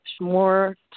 more